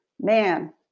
Man